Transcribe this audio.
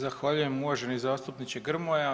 Zahvaljujem uvaženi zastupniče Grmoja.